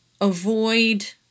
Avoid